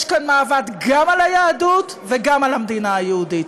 יש כאן מאבק גם על היהדות וגם על המדינה היהודית.